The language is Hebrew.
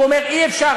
והוא אומר: אי-אפשר,